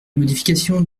modification